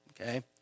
okay